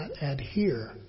adhere